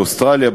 באוסטרליה,